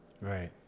Right